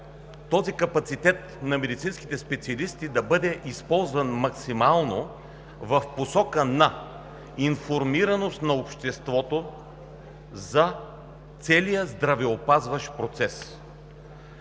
този капацитет на медицинските специалисти да бъде използван максимално в посока на информираност на обществото за целия здравеопазващ процес.